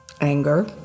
anger